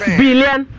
billion